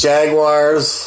Jaguars